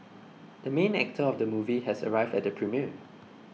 the main actor of the movie has arrived at the premiere